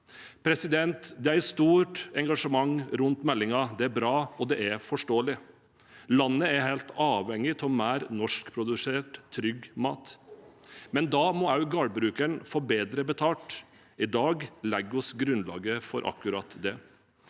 pst. Det er et stort engasjement rundt meldingen. Det er bra, og det er forståelig. Landet er helt avhengig av mer norskprodusert, trygg mat. Da må gårdbrukeren få bedre betalt. I dag legger vi grunnlaget for akkurat det.